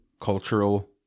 cultural